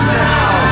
now